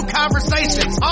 conversations